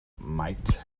mate